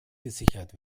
gesichert